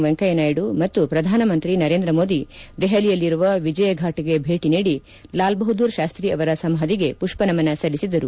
ವೆಂಕಯ್ಯನಾಯ್ಡು ಮತ್ತು ಪ್ರಧಾನ ಮಂತ್ರಿ ನರೇಂದ್ರ ಮೋದಿ ದೆಹಲಿಯಲ್ಲಿರುವ ವಿಜಯಘಾಟ್ಗೆ ಭೇಟಿ ನೀಡಿ ಲಾಲ್ ಬಹದ್ದೂರ್ ಶಾಸ್ತಿ ಅವರ ಸಮಾಧಿಗೆ ಪುಷ್ವ ನಮನ ಸಲ್ಲಿಸಿದರು